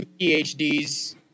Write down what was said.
PhDs